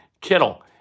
Kittle